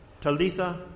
Talitha